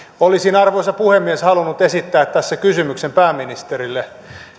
olisin arvoisa puhemies halunnut esittää tässä kysymyksen pääministerille